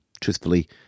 truthfully